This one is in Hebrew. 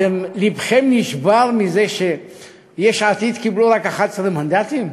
לבכם נשבר מזה שיש עתיד קיבלו רק 11 מנדטים?